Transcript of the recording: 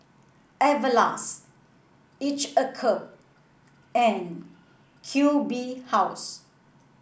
Everlast each a cup and Q B House